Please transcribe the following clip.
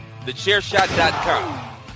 Thechairshot.com